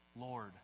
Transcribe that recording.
Lord